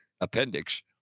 appendix